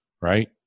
Right